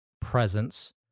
presence